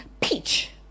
peach